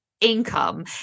income